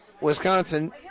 Wisconsin